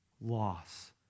loss